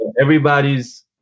Everybody's